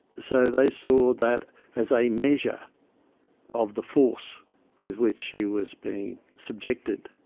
so they saw that as a measure of the force with which she was being subjected.